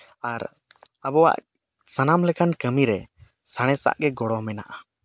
ᱟᱨ ᱟᱵᱚᱣᱟᱜ ᱥᱟᱱᱟᱢ ᱞᱮᱠᱟᱱ ᱠᱟᱹᱢᱤᱨᱮ ᱥᱟᱬᱮᱥᱟᱜᱼᱜᱮ ᱜᱚᱲᱚ ᱢᱮᱱᱟᱜᱼᱟ